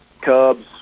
Cubs